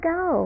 go